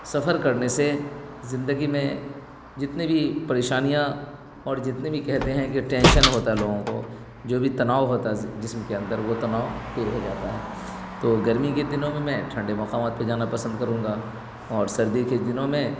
سفر کرنے سے زندگی میں جتنے بھی پریشانیاں اور جتنے بھی کہتے ہیں ٹینشن ہوتا ہے لوگوں کو جو بھی تناؤ ہوتا ہے جسم کے اندر وہ تناؤ دور ہو جاتا ہے تو گرمی کے دنوں میں ٹھنڈے مقامات پہ جانا پسند کروں گا اور سردی کے دنوں میں